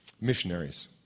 missionaries